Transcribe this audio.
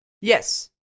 Yes